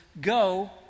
go